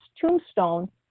tombstone